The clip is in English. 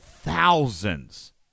thousands